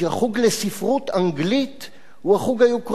החוג לספרות אנגלית הוא החוג היוקרתי